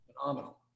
Phenomenal